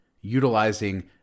utilizing